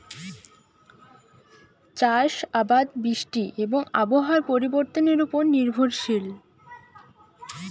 চাষ আবাদ বৃষ্টি এবং আবহাওয়ার পরিবর্তনের উপর নির্ভরশীল